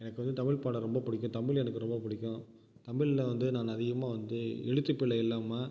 எனக்கு வந்து தமிழ் பாடம் ரொம்ப பிடிக்கும் தமிழ் எனக்கு ரொம்ப பிடிக்கும் தமிழில் வந்து நான் அதிகமாக வந்து எழுத்துப் பிழை இல்லாமல்